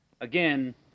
again